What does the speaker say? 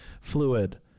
fluid